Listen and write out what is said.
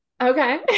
Okay